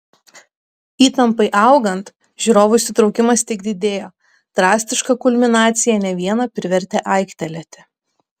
įtampai augant žiūrovų įsitraukimas tik didėjo drastiška kulminacija ne vieną privertė aiktelėti